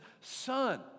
son